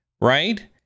right